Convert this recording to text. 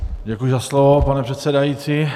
Děkuji za slovo, pane předsedající.